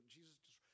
Jesus